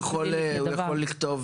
הוא יכול לכתוב: